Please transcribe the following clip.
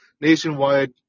nationwide